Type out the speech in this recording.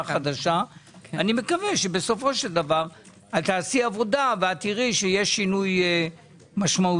אני מקווה שבסופו של דבר תעשי עבודה ותראי שיש שינוי משמעותי